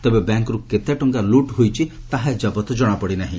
ତେବେ ବ୍ୟାଙ୍କରୁ କେତେ ଟଙ୍କା ଲୁଟ୍ ହୋଇଛି ତାହା ଜଣାପଡିନାହିଁ